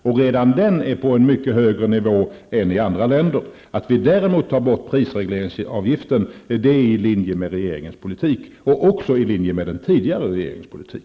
Och redan den är på en mycket högre nivå än i andra länder. Att vi däremot tar bort prisregleringsavgiften ligger i linje med regeringens politik -- och också i linje med den tidigare regeringens politik.